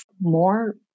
more